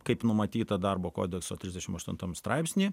kaip numatyta darbo kodekso trisdešim aštuntam straipsny